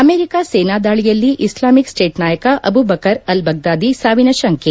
America ಸೇನಾ ದಾಳಿಯಲ್ಲಿ Islamic state ನಾಯಕ ಅಬೂ ಬಕರ್ ಅಲ್ಬಗ್ದಾದಿ ಸಾವಿನ ಶಂಕೆ